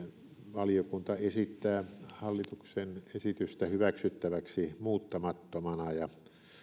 valiokunta esittää hallituksen esitystä hyväksyttäväksi muuttamattomana ja